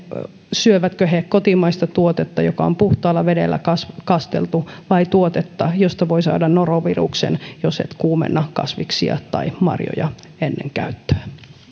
syövätkö he kotimaista tuotetta joka on puhtaalla vedellä kasteltu vai tuotetta josta voi saada noroviruksen jos et kuumenna kasviksia tai marjoja ennen käyttöä